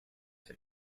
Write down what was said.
him